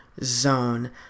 zone